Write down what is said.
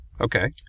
Okay